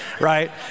right